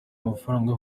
amafaranga